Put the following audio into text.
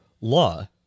law